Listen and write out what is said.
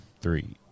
Three